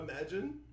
imagine